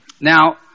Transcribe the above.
Now